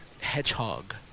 hedgehog